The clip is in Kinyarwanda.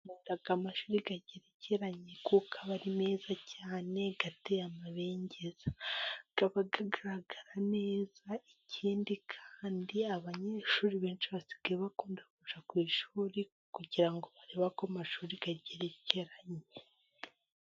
Aya amashuri agerekeranye kuko aba ari meza cyane ateye amabengeza ,aba agaragara neza ,ikindi kandi abanyeshuri benshi basigaye bakunda kujya ku ishuri kugira ngo barebe ayo mashuri agerekeranye.